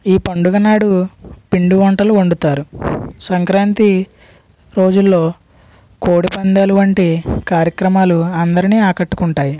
ఈ పండుగనాడు పిండి వంటలు వండుతారు సంక్రాంతి రోజులో కోడి పందేల వంటి కార్యక్రమాలు అందరినీ ఆకట్టుకుంటాయి